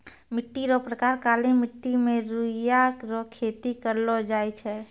मिट्टी रो प्रकार काली मट्टी मे रुइया रो खेती करलो जाय छै